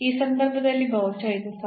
ಅಂದರೆ ಇದು ಒಂದು ಸ್ಯಾಡಲ್ ಪಾಯಿಂಟ್ ಆಗಿದೆ